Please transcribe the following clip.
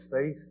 faith